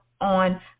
on